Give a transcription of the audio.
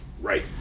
Right